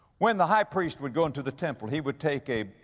when the high priest would go into the temple, he would take a, ah,